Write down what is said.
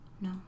No